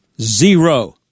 Zero